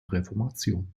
reformation